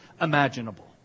imaginable